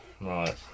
Right